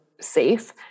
safe